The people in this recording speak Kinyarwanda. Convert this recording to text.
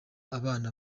abana